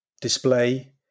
display